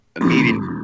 immediately